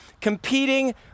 competing